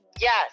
Yes